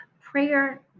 Prayer